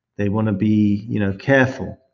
they want to be you know careful.